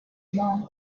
monk